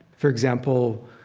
for example,